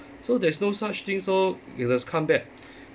so there's no such things orh it as comeback